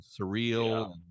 surreal